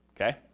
okay